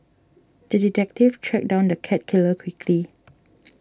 the detective tracked down the cat killer quickly